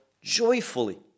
joyfully